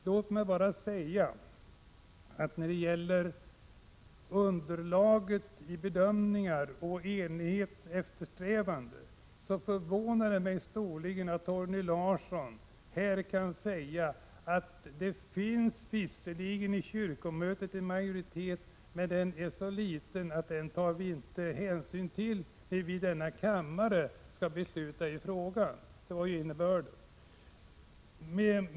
Låt mig bara förklara att det när det gäller bedömningsunderlaget och eftersträvandet av enighet förvånar mig att Torgny Larsson här kan säga att det visserligen finns en majoritet i kyrkomötet men att den är så liten att man inte kan ta hänsyn till den när denna kammare skall besluta i frågan. Detta var ju innebörden.